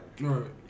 Right